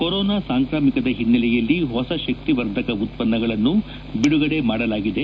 corona ಸಾಂಕ್ರಾಮಿಕದ ಹಿನ್ನೆಲೆಯಲ್ಲಿ ಹೊಸ ಶಕ್ತಿ ವರ್ಧಕ ಉತ್ಪನ್ನಗಳನ್ನು ಬಿಡುಗಡೆ ಮಾಡಲಾಗಿದೆ